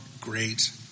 great